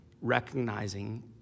recognizing